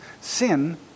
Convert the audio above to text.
Sin